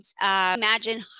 Imagine